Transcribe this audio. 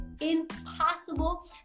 impossible